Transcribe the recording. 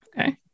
Okay